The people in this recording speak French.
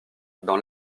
dans